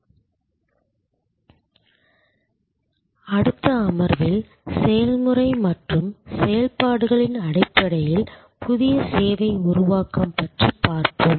இந்த மற்றும் அடுத்த அமர்வில் செயல்முறை மற்றும் செயல்பாடுகளின் அடிப்படையில் புதிய சேவை உருவாக்கம் பற்றி பார்ப்போம்